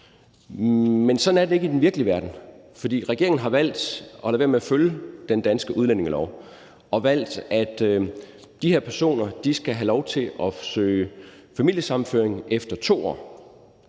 Men sådan er det ikke i den virkelige verden, for regeringen har valgt at lade være med at følge den danske udlændingelov og har valgt, at de her personer skal have lov til at søge familiesammenføring efter 2 år.